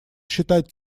считать